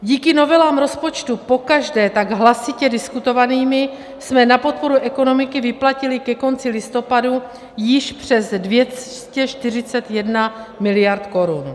Díky novelám rozpočtu pokaždé tak hlasitě diskutovaným jsme na podporu ekonomiky vyplatili ke konci listopadu již přes 241 miliard korun.